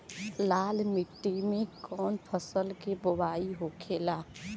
लाल मिट्टी में कौन फसल के बोवाई होखेला?